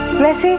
ms.